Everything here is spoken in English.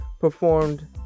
performed